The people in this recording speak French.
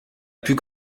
plus